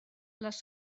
les